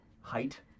Height